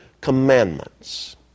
commandments